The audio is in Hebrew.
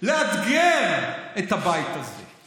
לאתגר את הבית הזה.